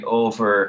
over